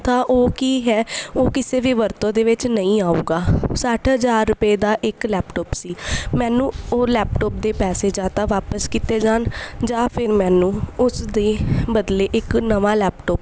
ਤਾਂ ਉਹ ਕੀ ਹੈ ਉਹ ਕਿਸੇ ਵੀ ਵਰਤੋਂ ਦੇ ਵਿੱਚ ਨਹੀਂ ਆਊਗਾ ਸੱਠ ਹਜ਼ਾਰ ਰੁਪਏ ਦਾ ਇੱਕ ਲੈਪਟੋਪ ਸੀ ਮੈਨੂੰ ਉਹ ਲੈਪਟੋਪ ਦੇ ਪੈਸੇ ਜਾਂ ਤਾਂ ਵਾਪਿਸ ਕੀਤੇ ਜਾਣ ਜਾਂ ਫਿਰ ਮੈਨੂੰ ਉਸ ਦੇ ਬਦਲੇ ਇੱਕ ਨਵਾਂ ਲੈਪਟੋਪ